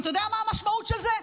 אתה יודע מה המשמעות של זה?